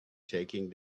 taking